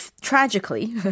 tragically